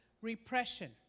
repression